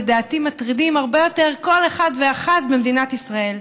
לדעתי מטרידים הרבה יותר כל אחד ואחת במדינת ישראל.